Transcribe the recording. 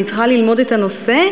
אני צריכה ללמוד את הנושא,